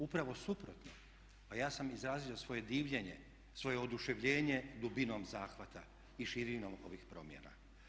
Upravo suprotno, pa ja sam izrazio svoje divljenje, svoje oduševljenje dubinom zahvata i širine ovih promjena.